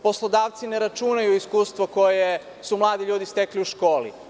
Poslodavci ne računaju iskustvo koje su mladi ljudi stekli u školi.